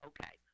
Okay